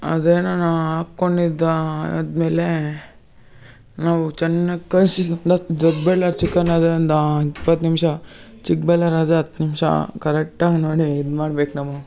ಅದೇ ನಾನು ಹಾಕೊಂಡಿದ್ದ ಆದಮೇಲೆ ನಾವು ಚೆನ್ನಾಗಿ ಕಲ್ಸಿ ದೊಡ್ಡ ಬೆಳ್ಳರ್ ಚಿಕನ್ ಆದ್ರಿಂದ ಇಪ್ಪತ್ತು ನಿಮಿಷ ಚಿಕ್ಕ ಬೆಲ್ಲರ್ ಆದರೆ ಹತ್ತು ನಿಮಿಷ ಕರೆಕ್ಟಾಗಿ ನೋಡಿ ಇದು ಮಾಡ್ಬೇಕು ನಾವು